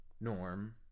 Norm